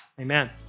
Amen